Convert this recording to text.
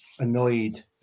Annoyed